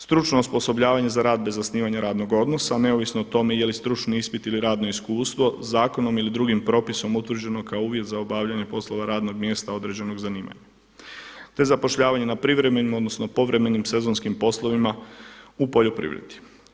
Stručno osposobljavanje za rad bez zasnivanja radnog odnosa neovisno o tome je li stručni ispit ili radno iskustvo zakonom ili drugim propisom utvrđeno kao uvjet za obavljanje poslova radnog mjesta određenog zanima, te zapošljavanje na privremenim odnosno povremenim sezonskim poslovima u poljoprivredi.